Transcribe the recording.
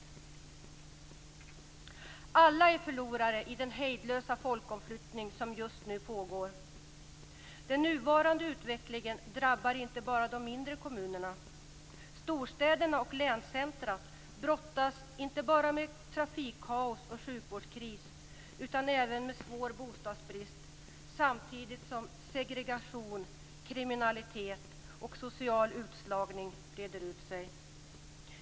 Alla är förlorare i den hejdlösa folkomflyttning som just nu pågår. Den nuvarande utvecklingen drabbar inte bara de mindre kommunerna. Storstäderna och länscentrumen brottas inte bara med trafikkaos och sjukvårdskris utan även med svår bostadsbrist samtidigt som segregation, kriminalitet och social utslagning breder ut sig.